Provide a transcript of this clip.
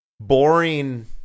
boring